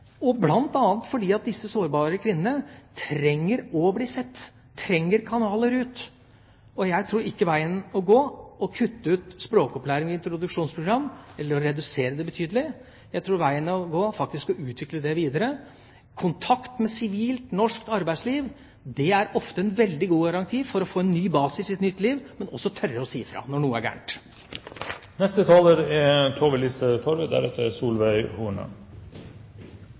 fordi disse sårbare kvinnene trenger å bli sett, trenger kanaler ut. Jeg tror ikke veien å gå er å kutte ut språkopplæring og introduksjonsprogram, eller å redusere det betydelig. Jeg tror veien å gå er å utvikle det videre. Kontakt med sivilt norsk arbeidsliv er ofte en veldig god garanti for å få en ny basis i sitt liv, men også å tørre å si fra når noe er